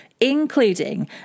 including